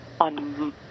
on